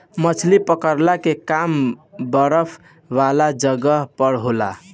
मछली पकड़ला के काम बरफ वाला जगह पर होला